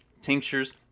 tinctures